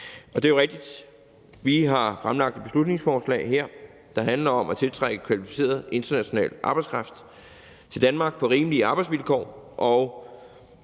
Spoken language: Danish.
Det er jo rigtigt, at vi har fremsat et beslutningsforslag her, der handler om at tiltrække kvalificeret international arbejdskraft til Danmark på rimelige arbejdsvilkår,